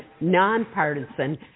nonpartisan